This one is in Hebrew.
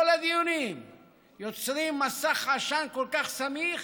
כל הדיונים יוצרים מסך עשן כל כך סמיך,